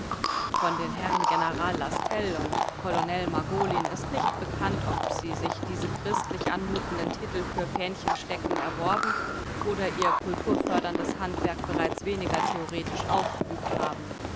von den herren general lastell und colonel margolin ist nicht bekannt ob sie sich diese christlich anmutenden titel für fähnchenstecken erworben oder ihr kulturförderndes handwerk bereits weniger theoretisch ausgeübt haben